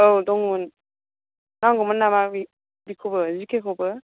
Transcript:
औ दंमोन नांगौमोन नामा बेखौबो जिके खौबो